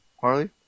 Harley